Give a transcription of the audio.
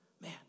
Man